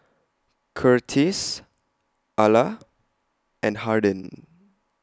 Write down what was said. Curtiss Arla and Harden